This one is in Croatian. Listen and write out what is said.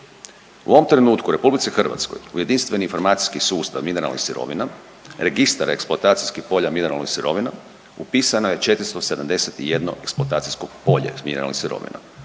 U ovom trenutku u RH u jedinstveni informacijski sustav mineralnih sirovina, registar eksploatacijskih polja mineralnih sirovina upisano je 471 eksploatacijsko polje mineralnih sirovina